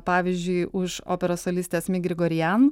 pavyzdžiui už operos solistę asmik grigorian